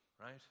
right